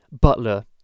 butler